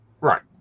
Right